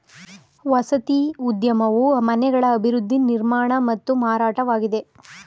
ವಸತಿ ಉದ್ಯಮವು ಮನೆಗಳ ಅಭಿವೃದ್ಧಿ ನಿರ್ಮಾಣ ಮತ್ತು ಮಾರಾಟವಾಗಿದೆ